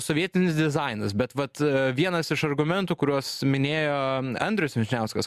sovietinis dizainas bet vat vienas iš argumentų kuriuos minėjo andrius vyšniauskas